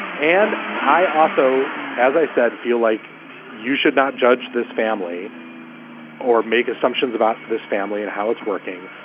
and i also, as i said, feel like you should not judge this family or make assumptions about this family and how it's working.